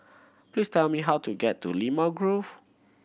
please tell me how to get to Limau Grove